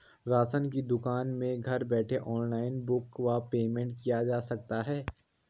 Ration की दुकान में घर बैठे ऑनलाइन बुक व पेमेंट किया जा सकता है?